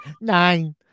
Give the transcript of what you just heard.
Nine